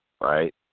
right